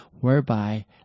whereby